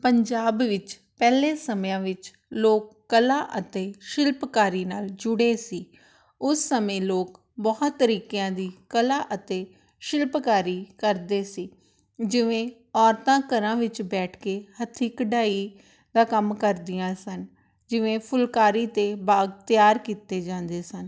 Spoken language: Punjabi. ਪੰਜਾਬ ਵਿੱਚ ਪਹਿਲੇ ਸਮਿਆਂ ਵਿੱਚ ਲੋਕ ਕਲਾ ਅਤੇ ਸ਼ਿਲਪਕਾਰੀ ਨਾਲ ਜੁੜੇ ਸੀ ਉਸ ਸਮੇਂ ਲੋਕ ਬਹੁਤ ਤਰੀਕਿਆਂ ਦੀ ਕਲਾ ਅਤੇ ਸ਼ਿਲਪਕਾਰੀ ਕਰਦੇ ਸੀ ਜਿਵੇਂ ਔਰਤਾਂ ਘਰਾਂ ਵਿੱਚ ਬੈਠ ਕੇ ਹੱਥੀਂ ਕਢਾਈ ਦਾ ਕੰਮ ਕਰਦੀਆਂ ਸਨ ਜਿਵੇਂ ਫੁਲਕਾਰੀ ਅਤੇ ਬਾਗ ਤਿਆਰ ਕੀਤੇ ਜਾਂਦੇ ਸਨ